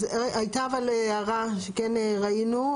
הייתה הערה שכן ראינו.